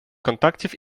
контактів